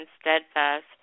steadfast